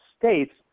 states